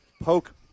Poke